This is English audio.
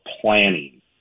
planning